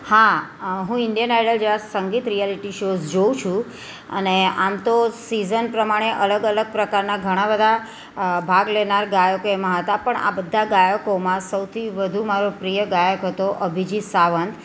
હા હું Indian Idol જેવા સંગીત રિયાલિટી શૉઝ જોઉ છું અને આમ તો સિઝન પ્રમાણે અલગ અલગ પ્રકારના ઘણા બધા ભાગ લેનાર ગાયકો એમાં હતા પણ આ બધા ગાયકોમાં સૌથી વધુ મારો પ્રિય ગાયક હતો અભિજીત સાવંત